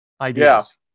ideas